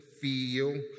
feel